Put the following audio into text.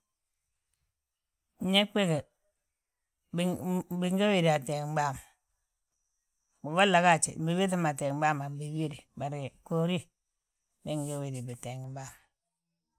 Ñeg bége bii gge widi a teengim bàa ma. Bogolla gaaj bibiiŧa ateengim bàa ma biwidi, bari goori, bee gge widi biteengim bàa ma.